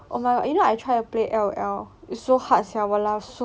oh my god you know I try to play L_O_L is so hard sia !walao!